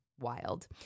wild